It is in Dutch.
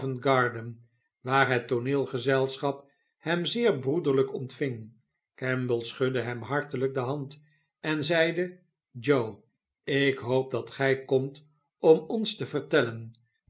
covent-garden waar het tooneelgezelschap hem zeer broederlijk ontving kemble schudde hem hartelijk de hand en zeide joe ik hoop dat gij komt om ons te vertellen